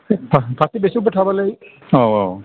फाथो बेसरफोर थाबालाय औ औ